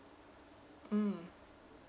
mm